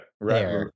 right